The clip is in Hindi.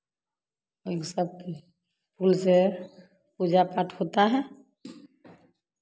इन सब के फूल से पूजा पाठ होता है